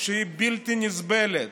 שהיא בלתי נסבלת,